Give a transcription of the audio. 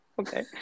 okay